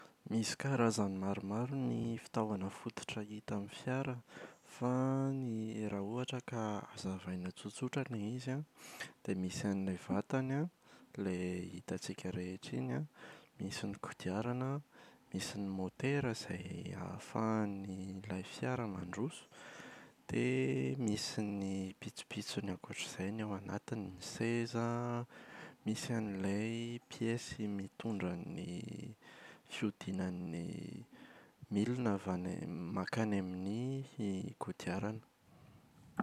Misy karazany maromaro ny fitaovana fototra hita ao amin’ny fiara fa raha ohatra ka hazavaina tsotsotra ilay izy an. Dia misy an’ilay vatany an, ilay hitantsika rehetra iny an, misy ny kodiarana an, misy ny motera izay ahafahan’ilay fiara mandroso. Dia misy ny pitsopitsony ankoatra izay, ny ao anatiny: seza an, misy an’ilay piesy mitondra ny fiodinan’ny milina avy amin’ny mankany amin’ny kodiarana.